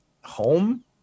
Home